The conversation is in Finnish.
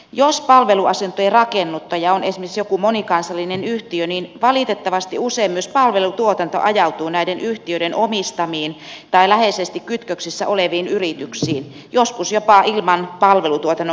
jos palveluasuntojen rakennuttaja on esimerkiksi joku monikansallinen yhtiö niin valitettavasti usein myös palvelutuotanto ajautuu näiden yhtiöiden omistamiin tai läheisesti kytköksissä oleviin yrityksiin joskus jopa ilman palvelutuotannon kilpailuttamista